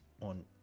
on